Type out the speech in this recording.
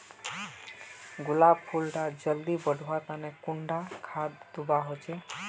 गुलाब फुल डा जल्दी बढ़वा तने कुंडा खाद दूवा होछै?